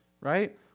right